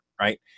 right